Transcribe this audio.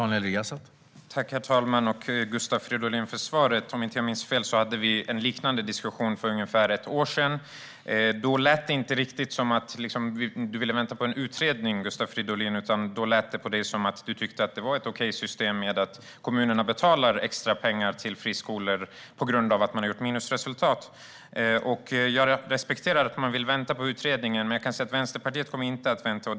Herr talman! Tack, Gustav Fridolin, för svaret! Om jag inte minns fel hade vi en liknande diskussion för ungefär ett år sedan. Då lät det inte riktigt som att du ville vänta på en utredning, Gustav Fridolin. Då lät det som att du tyckte att det var ett okej system att kommunerna betalar extra pengar till friskolor på grund av att man har gjort minusresultat. Jag respekterar att ni vill vänta på utredningen, men jag kan säga att Vänsterpartiet inte kommer att vänta.